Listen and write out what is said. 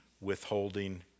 withholding